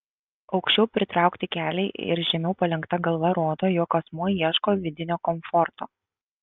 aukščiau pritraukti keliai ir žemiau palenkta galva rodo jog asmuo ieško vidinio komforto